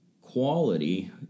quality